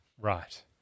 Right